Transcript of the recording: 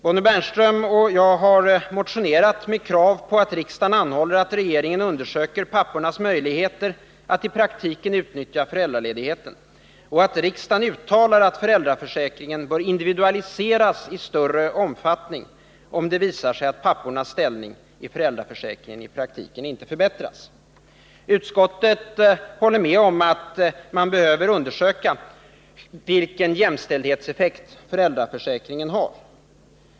Bonnie Bernström och jag har motionerat med krav på att riksdagen anhåller att regeringen undersöker pappornas möjligheter att i praktiken utnyttja föräldraledigheten och att riksdagen uttalar att föräldraförsäkringen bör individualiseras i större omfattning, om det visar sig att pappornas ställning i föräldraförsäkringen i praktiken inte förbättras. Utskottet håller med om att det behöver undersökas vilken jämställdhetseffekt föräldraförsäkringen har.